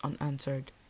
unanswered